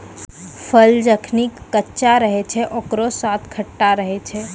फल जखनि कच्चा रहै छै, ओकरौ स्वाद खट्टा रहै छै